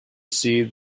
see